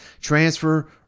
transfer